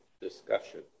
discussion